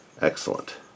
Excellent